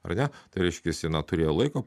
ar ne tai reiškiasi na turėjo laiko